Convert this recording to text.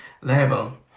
level